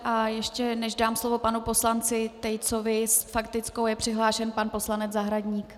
A ještě než dám slovo panu poslanci Tejcovi, s faktickou je přihlášen pan poslanec Zahradník.